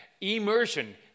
immersion